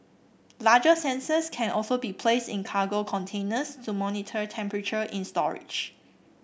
larger sensors can also be placed in cargo containers to monitor temperature in storage